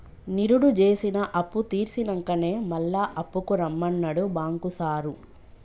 నిరుడు జేసిన అప్పుతీర్సినంకనే మళ్ల అప్పుకు రమ్మన్నడు బాంకు సారు